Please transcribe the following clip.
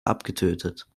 abgetötet